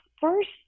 first